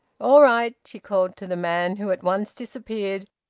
all right, she called to the man, who at once disappeared,